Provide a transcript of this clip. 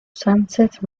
sánchez